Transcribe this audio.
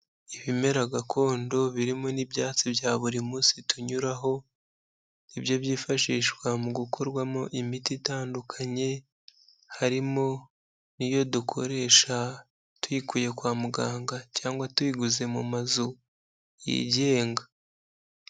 Ibimera gakondo birimo n'ibyatsi bya buri munsi tunyuraho, ni byo byifashishwa mu gukorwamo imiti itandukanye, harimo n'iyo dukoresha tuyikuye kwa muganga cyangwa tuyiguze mu mazu yigenga.